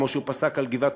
כמו שהוא פסק על גבעת-עמל,